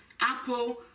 Apple